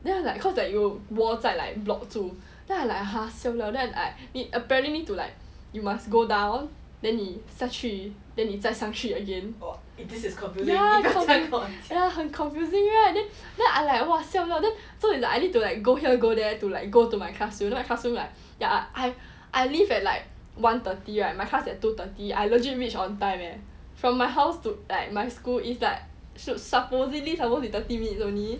then I was like cause 有 wall 在 block 住 then I like siao liao then I it apparently to like you must go down then 你下去 then 你在上去 again ya 很 confusing right then then I like !wah! siao liao then so it's like I need to like go here go there to like go to my classroom then my classroom like ya I I leave at like one thirty right my class at at two thirty I legit reach on time eh from my house to like my school is like should supposedly supposed the thirty minute only